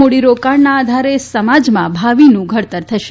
મૂડીરોકાણના આધારે સમાજનાં ભાવિનું ઘડતર થશે